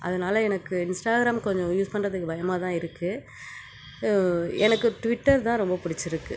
அதனால எனக்கு இன்ஸ்டாகிராம் கொஞ்சம் யூஸ் பண்ணுறதுக்கு பயமாக தான் இருக்கு எனக்கு ட்விட்டர் தான் ரொம்ப பிடிச்சிருக்கு